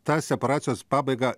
tą separacijos pabaigą